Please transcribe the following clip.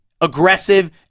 aggressive